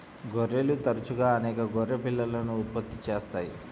గొర్రెలు తరచుగా అనేక గొర్రె పిల్లలను ఉత్పత్తి చేస్తాయి